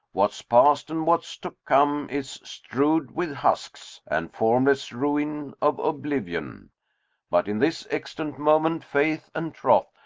what's past and what's to come is strew'd with husks and formless ruin of oblivion but in this extant moment, faith and troth,